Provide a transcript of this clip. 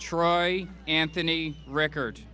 troy anthony record